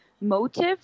motive